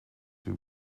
two